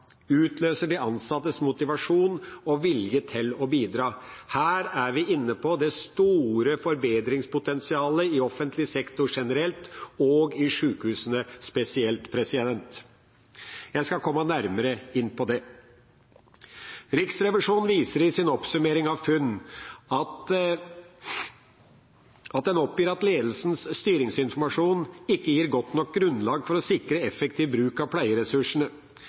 Her er vi inne på det store forbedringspotensialet i offentlig sektor generelt og i sykehusene spesielt. Jeg skal komme nærmere inn på det. Riksrevisjonen viser i sin oppsummering av funn at ledelsens styringsinformasjon ikke gir godt nok grunnlag for å sikre effektiv bruk av pleieressursene.